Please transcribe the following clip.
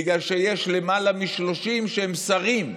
בגלל שיש למעלה מ-30 שהם שרים,